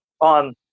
on